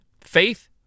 faith